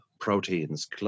Proteins